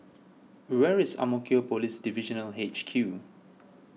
where is Ang Mo Kio Police Divisional H Q